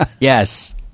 yes